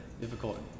difficult